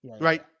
right